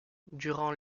durant